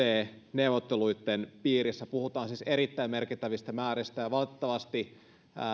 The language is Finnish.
neuvotteluitten piirissä puhutaan siis erittäin merkittävistä määristä valitettavasti